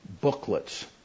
booklets